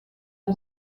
amb